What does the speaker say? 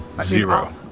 Zero